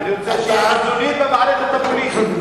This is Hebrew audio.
אני רוצה שיהיו איזונים במערכת הפוליטית.